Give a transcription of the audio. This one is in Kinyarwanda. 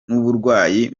n’uburwayi